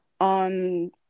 on